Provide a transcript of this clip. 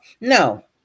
no